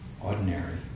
ordinary